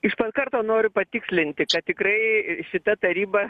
iš pat karto noriu patikslinti kad tikrai šita taryba